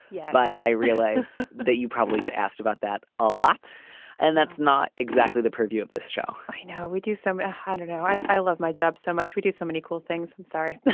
yeah but i realize that you probably get asked about that a lot and that's not exactly the purview of this show i know we do some ah hide and i i love my job so much we do so many equal things. i'm sorry